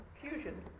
fusion